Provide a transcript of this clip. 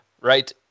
right